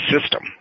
system